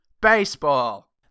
Baseball